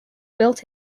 built